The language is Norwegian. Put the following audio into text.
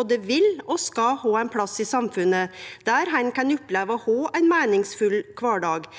både vil og skal ha ein plass i samfunnet der han kan oppleve å ha ein meiningsfull kvardag,